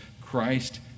Christ